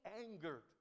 angered